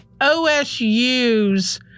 OSU's